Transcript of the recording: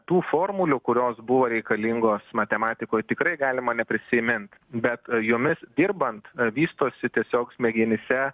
tų formulių kurios buvo reikalingos matematikoj tikrai galima neprisimint bet jomis dirbant vystosi tiesiog smegenyse